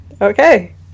Okay